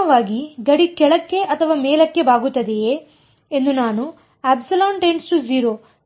ಅಂತಿಮವಾಗಿ ಗಡಿ ಕೆಳಕ್ಕೆ ಅಥವಾ ಮೇಲಕ್ಕೆ ಬಾಗುತ್ತದೆಯೇ ಎಂದು ನಾನು